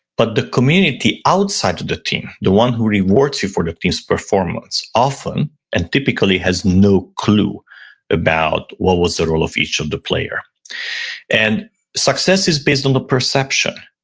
but the community outside of the team, the one who rewards you for the teams performance often and typically has no clue about what was the role of each of the player and success is based on the perception,